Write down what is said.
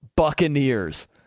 Buccaneers